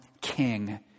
king